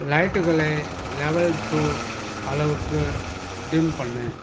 லைட்டுகளை level two அளவுக்கு dim பண்ணு